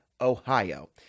Ohio